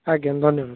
ଆଜ୍ଞା ଧନ୍ୟବାଦ୍